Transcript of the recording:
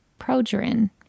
progerin